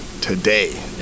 today